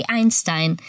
Einstein